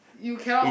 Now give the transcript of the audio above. you cannot